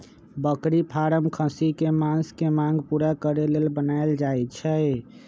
बकरी फारम खस्सी कें मास के मांग पुरा करे लेल बनाएल जाय छै